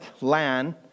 land